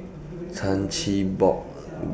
Chan Chin Bock